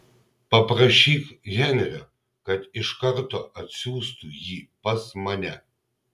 paprašyk henrio kad iš karto atsiųstų jį pas mane